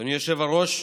אדוני היושב-ראש,